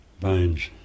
Bones